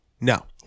No